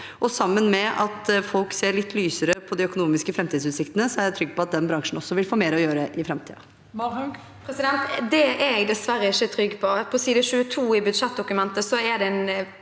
sammen med at folk ser litt lysere på de økonomiske framtidsutsiktene, er jeg trygg på at den bransjen vil få mer å gjøre i framtiden. Sofie Marhaug (R) Det er jeg dessverre ikke trygg på. På side 22 i budsjettdokumentet er det en